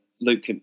Luke